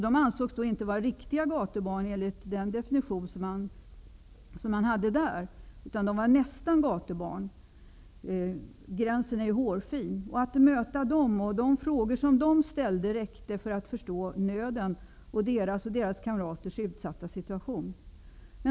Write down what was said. De ansågs inte vara riktiga gatubarn enligt den definition som gällde där, utan de var ''nästan gatubarn'' -- gränsen är hårfin. Att möta dem och höra de frågor som de ställde räckte för att förstå deras nöd och deras kamraters utsatta situation.